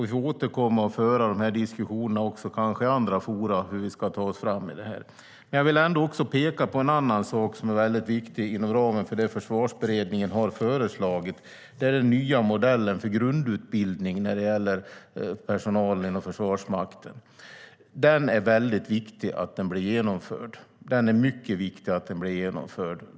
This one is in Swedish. Vi får återkomma och föra de här diskussionerna om hur vi ska ta oss framåt, kanske även i andra forum. Jag vill också peka på en annan sak som är viktig inom ramen för det som försvarsberedningen har föreslagit. Det är den nya modellen för grundutbildning när det gäller personal inom Försvarsmakten. Det är mycket viktigt att den blir genomförd.